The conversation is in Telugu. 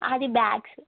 అది బ్యాగ్స్